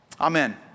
Amen